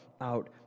out